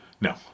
No